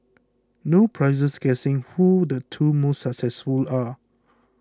no prizes guessing who the two most successful are